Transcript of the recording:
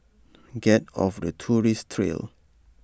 get off the tourist trail